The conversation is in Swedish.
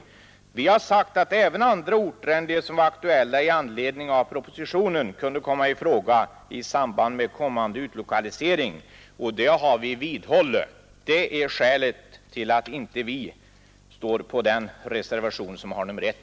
Utskottet har sagt att även andra orter än de som var aktuella i anledning av propositionen kunde komma i fråga i samband med kommande utlokalisering. Det har vi vidhållit, och det är skälet till att vi inte ställt oss bakom den reservation som har nr 1.